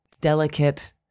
delicate